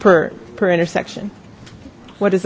per per intersection what is